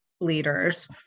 leaders